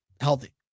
healthy